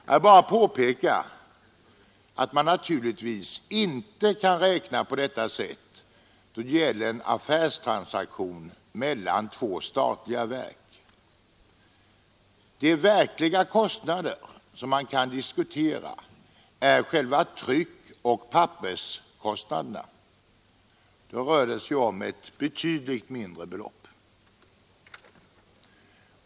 Jag vill bara påpeka att man naturligtvis inte kan räkna på det sättet när det gäller en affärstransaktion mellan två statliga verk. De verkliga kostnader som man kan diskutera är tryckoch papperskostnaderna, och då rör det sig om ett betydligt mindre belopp.